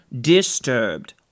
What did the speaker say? disturbed